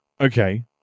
Okay